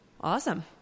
awesome